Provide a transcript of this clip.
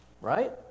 right